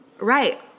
Right